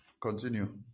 continue